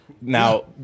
Now